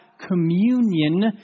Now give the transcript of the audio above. communion